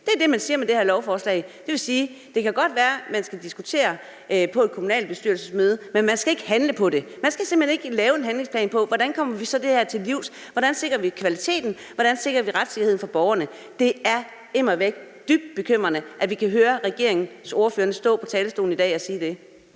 Det er det, man siger med det her lovforslag. Det vil sige, at det kan godt være, at man skal diskutere på et kommunalbestyrelsesmøde, men man skal ikke handle på det. Man skal simpelt hen ikke lave en handlingsplan på, hvordan vi så kommer det her til livs, hvordan vi sikrer kvaliteten, og hvordan vi sikrer retssikkerheden for borgerne. Det er immer væk dybt bekymrende, at vi kan høre regeringens ordførere stå på talerstolen i dag og sige det.